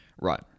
Right